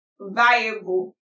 viable